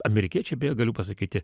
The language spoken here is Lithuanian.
amerikiečiai beje galiu pasakyti